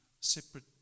separate